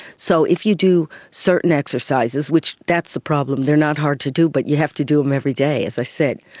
so if you do certain exercises, which that's the problem, they're not hard to do but you have to do them every day, as i said,